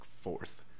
fourth